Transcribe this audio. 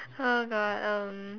oh God um